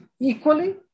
equally